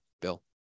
Bill